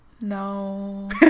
no